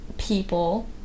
people